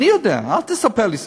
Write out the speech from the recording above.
אני יודע, אל תספר לי סיפורים.